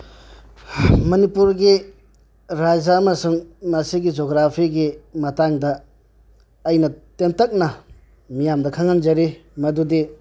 ꯃꯅꯤꯄꯨꯔꯒꯤ ꯔꯥꯖ꯭ꯌꯥ ꯑꯃꯁꯨꯡ ꯃꯁꯤꯒꯤ ꯖꯣꯒ꯭ꯔꯥꯐꯤꯒꯤ ꯃꯇꯥꯡꯗ ꯑꯩꯅ ꯇꯦꯟꯇꯛꯅ ꯃꯤꯌꯥꯝꯗ ꯈꯪꯍꯟꯖꯔꯤ ꯃꯗꯨꯗꯤ